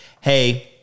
hey